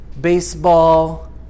baseball